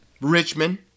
Richmond